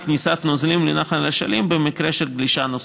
כניסת נוזלים לנחל אשלים במקרה של גלישה נוספת.